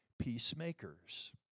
Peacemakers